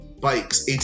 bikes